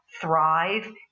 thrive